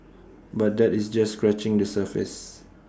but that is just scratching the surface